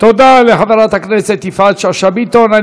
תודה לחברת הכנסת יפעת שאשא ביטון.